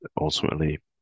ultimately